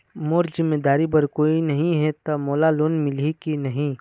मोर जिम्मेदारी बर कोई नहीं हे त मोला लोन मिलही की नहीं?